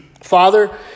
Father